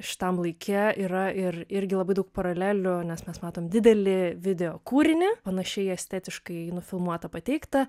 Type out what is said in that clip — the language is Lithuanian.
šitam laike yra ir irgi labai daug paralelių nes mes matom didelį video kūrinį panašiai estetiškai nufilmuotą pateiktą